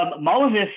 Moses